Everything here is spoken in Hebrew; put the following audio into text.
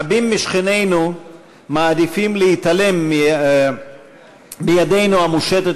רבים משכנינו הפלסטינים מעדיפים להתעלם מידנו המושטת